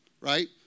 right